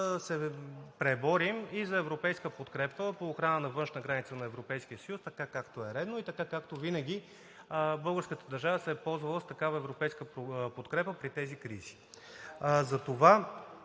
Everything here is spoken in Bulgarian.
се преборим и за европейска подкрепа по охрана на външна граница на Европейския съюз така, както е редно, и така, както винаги българската държава се е ползвала с такава европейска подкрепа при тези кризи. Затова